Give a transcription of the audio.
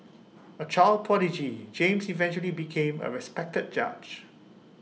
A child prodigy James eventually became A respected judge